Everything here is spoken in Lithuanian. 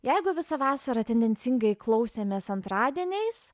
jeigu visą vasarą tendencingai klausėmės antradieniais